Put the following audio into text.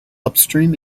upstream